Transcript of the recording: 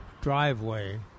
driveway